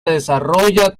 desarrolla